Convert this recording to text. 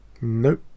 Nope